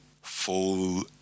full